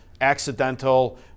accidental